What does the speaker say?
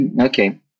Okay